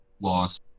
loss